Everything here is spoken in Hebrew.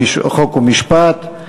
חוק ומשפט את